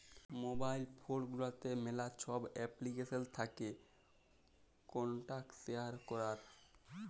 mobile phone গুলাতে ম্যালা ছব এপ্লিকেশল থ্যাকে কল্টাক্ট শেয়ার ক্যরার